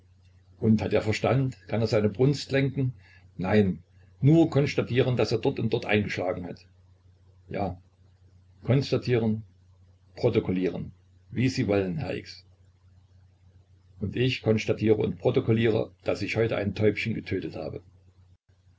und hat er verstand kann er seine brunst lenken nein nur konstatieren daß er dort und dort eingeschlagen hat ja konstatieren protokollieren wie sie wollen herr x und ich konstatiere und protokolliere daß ich heute ein täubchen getötet habe